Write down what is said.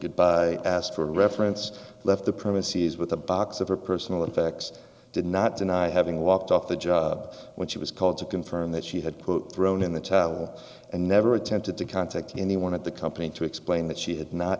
goodbye asked for a reference left the premises with a box of her personal effects did not deny having walked off the job when she was called to confirm that she had put thrown in the towel and never attempted to contact anyone at the company and to explain that she had not